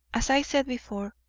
as i said before,